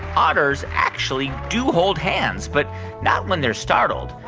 otters actually do hold hands, but not when they're startled.